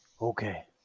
Okay